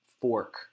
fork